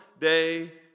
day